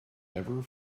ever